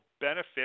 benefit